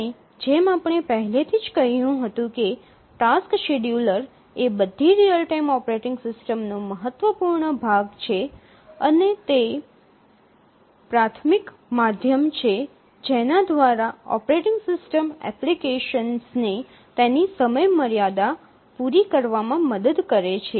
અને જેમ આપણે પહેલેથી જ કહ્યું હતું કે ટાસક્સ શેડ્યૂલર એ બધી રીઅલ ટાઇમ ઓપરેટિંગ સિસ્ટમ્સનો મહત્વપૂર્ણ ભાગ છે અને તે પ્રાથમિક માધ્યમ છે જેના દ્વારા ઓપરેટિંગ સિસ્ટમ એપ્લિકેશનને તેની સમયમર્યાદા પૂરી કરવામાં મદદ કરે છે